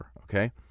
Okay